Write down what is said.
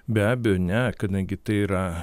be abejo ne kadangi tai yra